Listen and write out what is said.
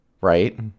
right